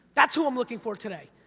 that's who i'm looking for today.